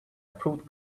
fruit